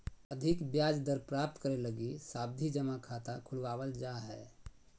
अधिक ब्याज दर प्राप्त करे लगी सावधि जमा खाता खुलवावल जा हय